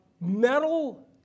metal